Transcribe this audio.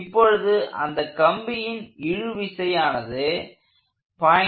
இப்பொழுது அந்த கம்பியின் இழுவிசையானது 0